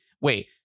wait